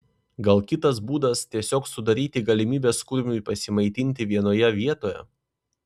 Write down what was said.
gal kitas būdas tiesiog sudaryti galimybes kurmiui pasimaitinti vienoje vietoje